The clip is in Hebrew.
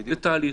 זה תהליך,